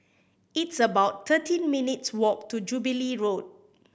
it's about thirteen minutes' walk to Jubilee Road